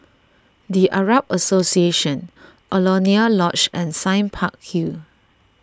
the Arab Association Alaunia Lodge and Sime Park Hill